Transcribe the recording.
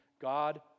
God